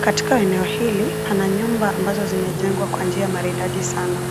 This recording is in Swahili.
Katika eneo hili, pana nyumba ambazo zimejengwa kwa njia maridadi sana.